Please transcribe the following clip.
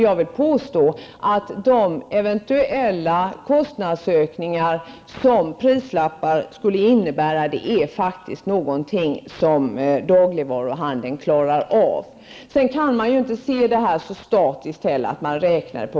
Jag vill påstå att de eventuella kostnadsökningar som prislappar skulle innebära är faktiskt någonting som dagligvaruhandeln klarar av. Man skall inte se på frågan så statiskt.